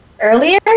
earlier